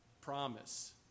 promise